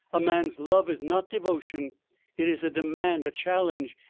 a man's love is not devotion it is a demand, a challenge.